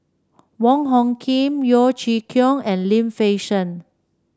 Wong Hung Khim Yeo Chee Kiong and Lim Fei Shen